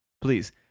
please